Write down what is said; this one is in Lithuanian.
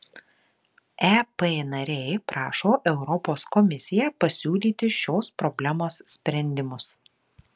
ep nariai prašo europos komisiją pasiūlyti šios problemos sprendimus